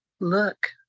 Look